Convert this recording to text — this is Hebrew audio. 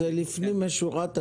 זה לפנים משורת הפנים,